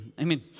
amen